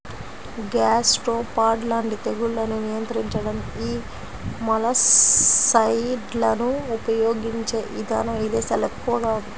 gastropod లాంటి తెగుళ్లను నియంత్రించడానికి యీ మొలస్సైడ్లను ఉపయిగించే ఇదానం ఇదేశాల్లో ఎక్కువగా ఉంది